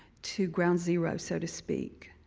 to ground zero, so to speak,